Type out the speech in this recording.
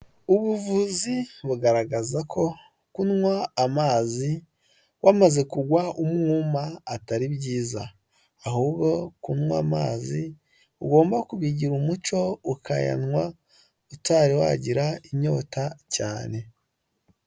Ubuvuzi bugaragaza ko kunywa amazi wamaze kugwa umwuma atari byiza, ahubwo kunywa amazi ugomba kubigira umuco ukayanywa utari wagira inyota cyane.